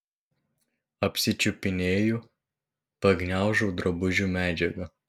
apsičiupinėju pagniaužau drabužių medžiagą